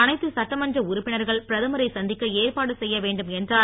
அனைத்து சட்டமன்ற உறுப்பினர்கள் பிரதமரை சந்திக்க ஏற்பாடு செய்ய வேண்டும் என்றார்